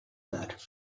that